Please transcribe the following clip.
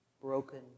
broken